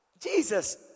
Jesus